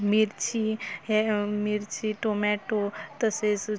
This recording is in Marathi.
मिरची हे मिरची टोम्याटो तसेच